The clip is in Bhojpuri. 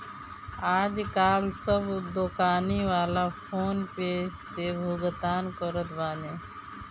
आजकाल सब दोकानी वाला फ़ोन पे से भुगतान करत बाने